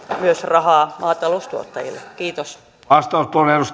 rahaa maataloustuottajille kiitos